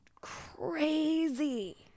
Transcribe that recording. crazy